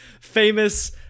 famous